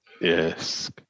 Yes